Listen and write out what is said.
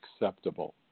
acceptable